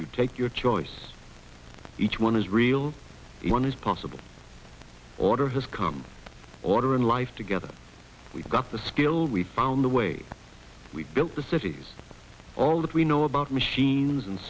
you take your choice each one is real one is possible order has come order in life together we've got the skilled we've found the way we've built the cities all that we know about machines and